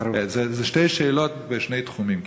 אלה שתי שאלות בשני תחומים כמעט.